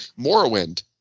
Morrowind